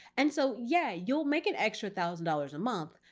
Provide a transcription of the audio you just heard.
and so yeah you'll make an extra thousand dollars a month,